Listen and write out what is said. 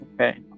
Okay